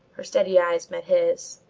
her steady eyes met his.